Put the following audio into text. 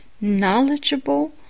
Knowledgeable